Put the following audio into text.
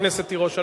חברת הכנסת תירוש,